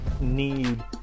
need